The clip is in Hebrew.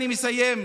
נא לסיים,